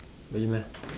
really meh